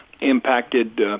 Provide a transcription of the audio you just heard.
impacted